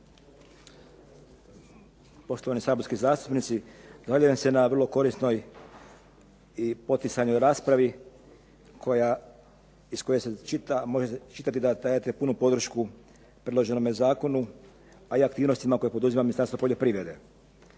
Poštovani saborski zastupnici. Zahvaljujem se na vrlo korisnoj i poticajnoj raspravi iz koje se može čitati da dajete punu podršku predloženome zakonu a i aktivnostima koje poduzima Ministarstvo poljoprivrede.